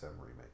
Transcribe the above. Remake